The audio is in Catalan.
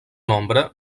nombre